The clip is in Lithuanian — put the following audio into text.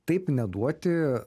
taip neduoti